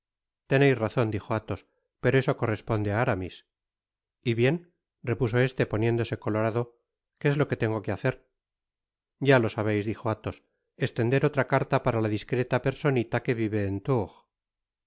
teneis razon dijo athos pero eso corresponde á aramis y bien repuso este poniéndose colorado qué es lo que tengo que hacer ya lo sabeis dijo athos estender otra carta para la discreta personita que vive en tours